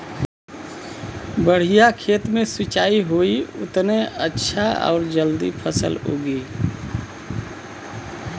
बढ़िया खेत मे सिंचाई होई उतने अच्छा आउर जल्दी फसल उगी